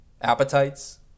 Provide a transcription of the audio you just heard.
appetites